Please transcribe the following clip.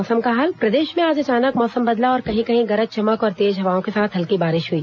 मौसम प्रदेश में आज अचानक मौसम बदला और कहीं कहीं गरज चमक और तेज हवाओं के साथ हल्की बारिश हुई